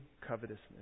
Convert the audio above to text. covetousness